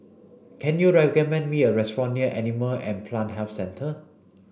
can you recommend me a restaurant near Animal and Plant Health Centre